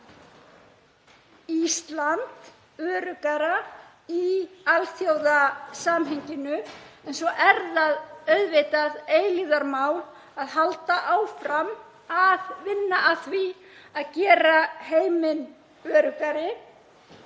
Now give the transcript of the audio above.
Ísland öruggara í alþjóðasamhenginu. Svo er það auðvitað eilífðarmál að halda áfram að vinna að því að gera heiminn öruggari.